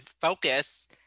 focus